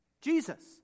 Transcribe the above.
Jesus